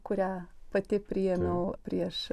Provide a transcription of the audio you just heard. kurią pati priėmiau prieš